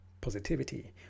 positivity